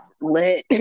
lit